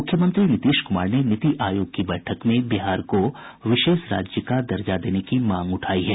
मूख्यमंत्री नीतीश क्मार ने नीति आयोग की बैठक में बिहार को विशेष राज्य का दर्जा देने की मांग उठायी है